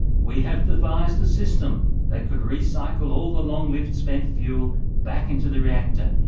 we have devised a system that could recycle all the long-lived spent fuel back into the reactor,